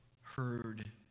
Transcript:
heard